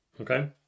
okay